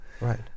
Right